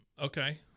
Okay